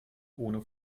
ohne